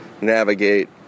navigate